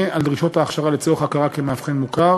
על דרישות ההכשרה לצורך ההכרה כמאבחן מוכר